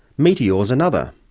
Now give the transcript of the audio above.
meteors another.